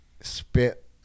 spit